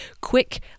quick